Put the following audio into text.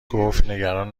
گفتنگران